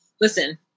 listen